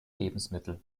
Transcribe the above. lebensmittel